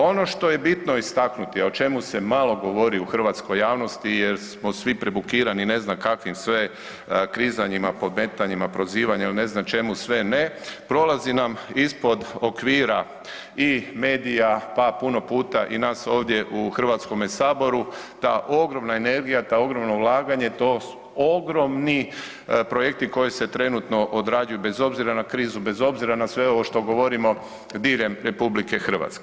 Ono što je bitno istaknuti, a o čemu se malo govori u hrvatskoj javnosti jer smo svi prebukirani ne znam kakvim sve krizanjima, podmetanjima, prozivanja o ne znam čemu sve ne, prolazi nam ispod okvira i medija, pa puno puta i nas ovdje u Hrvatskome saboru, da ogromna energija kao ogromno ulaganje, to ogromni projekti koji se trenutno odrađuju bez obzira na krizu, bez obzira na sve ovo što govorimo, diljem RH.